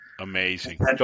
amazing